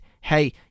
hey